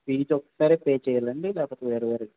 fee ఒక్కసారే pay చేయాలి అండి లేకపోతే వేరే వేరే